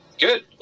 Good